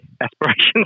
aspirations